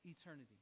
eternity